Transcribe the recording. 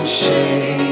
shame